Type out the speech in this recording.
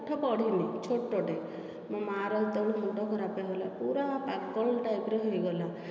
ପାଠ ପଢିନି ଛୋଟଟେ ମୋ ମାଆ ର ଯେତେବେଳେ ମୁଣ୍ଡ ଖରାପ ହେଇଗଲା ପୁରା ପାଗଳ ଟାଇପର ହେଇଗଲା